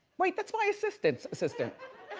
wait that's why assistant's assistant.